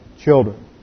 children